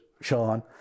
Sean